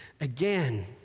again